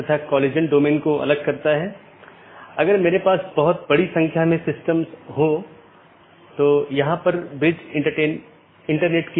यदि तय अवधी के पूरे समय में सहकर्मी से कोई संदेश प्राप्त नहीं होता है तो मूल राउटर इसे त्रुटि मान लेता है